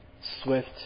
swift